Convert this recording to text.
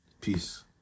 peace